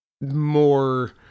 more